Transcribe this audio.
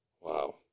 Wow